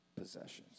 possessions